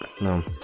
no